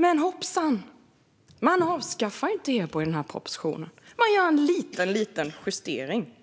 Men, hoppsan, man avskaffar inte EBO i propositionen. Man gör en liten justering.